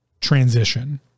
transition